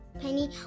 Penny